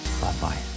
bye-bye